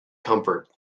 comfort